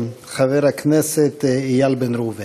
חבר הכנסת איל בן ראובן.